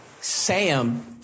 Sam